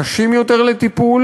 קשים יותר לטיפול: